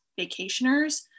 vacationers